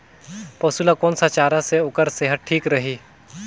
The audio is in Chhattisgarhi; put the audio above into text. पशु ला कोन स चारा से ओकर सेहत ठीक रही?